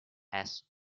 price